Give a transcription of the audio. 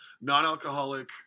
non-alcoholic